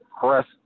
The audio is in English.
Press